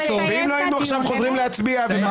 ואם לא היינו חוזרים עכשיו להצביע --- מה